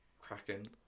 cracking